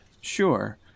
Sure